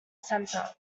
center